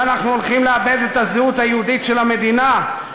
שאנחנו הולכים לאבד את הזהות היהודית של המדינה?